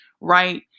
right